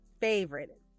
favorite